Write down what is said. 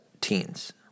teens